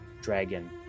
dragon